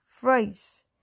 phrase